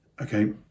okay